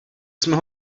jsme